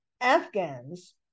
Afghans